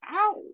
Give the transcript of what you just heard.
ow